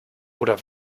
oder